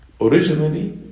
originally